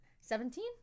Seventeen